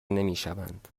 نمیشوند